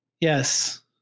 Yes